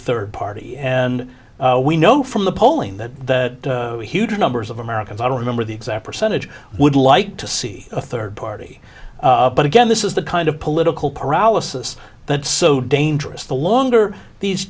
third party and we know from the polling that huge numbers of americans i don't remember the exact percentage would like to see a third party but again this is the kind of political paralysis that so dangerous the longer these